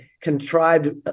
contrived